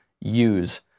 use